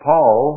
Paul